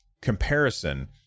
comparison